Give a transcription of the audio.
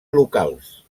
locals